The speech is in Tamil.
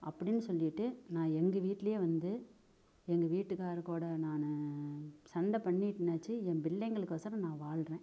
அப்படினு சொல்லிவிட்டு நான் எங்கள் வீட்டிலையே வந்து எங்கள் வீட்டுக்காரரு கூட நான் சண்டை பண்ணிட்னாச்சு என் பிள்ளைங்களுக்கொசரம் நான் வாழ்கிறேன்